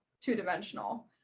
two-dimensional